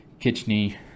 Kitchney